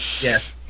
Yes